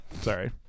Sorry